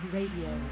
Radio